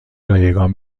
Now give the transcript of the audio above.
رایگان